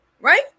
right